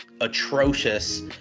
atrocious